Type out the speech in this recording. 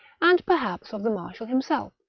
and perhaps of the marshal himself,